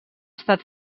estat